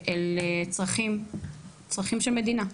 אל צרכים של מדינה?